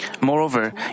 Moreover